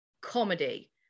comedy